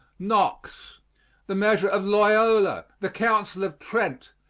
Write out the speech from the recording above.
knox the measure of loyola, the council of trent,